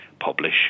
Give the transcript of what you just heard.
publish